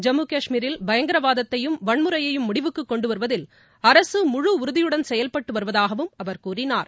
ஜம்மு காஷ்மீரில் பயங்கரவாதத்தையும் வன்முறையையும் முடிவுக்கு கொண்டுவருவதில் அரசு முழு உறுதியுடன் செயல்பட்டு வருவதாகவும் அவர் கூறினார்